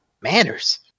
Manners